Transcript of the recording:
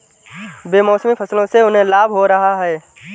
बेमौसमी फसलों से उन्हें लाभ हो रहा है